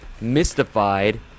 mystified